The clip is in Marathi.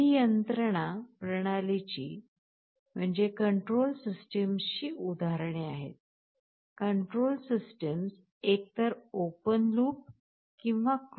ही नियंत्रण प्रणालीची उदाहरणे आहेत control systems एकतर ओपन लूप किंवा क्लोज्ड लूप असू शकतात